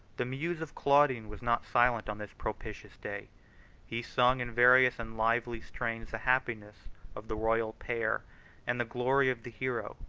the muse of claudian was not silent on this propitious day he sung, in various and lively strains, the happiness of the royal pair and the glory of the hero,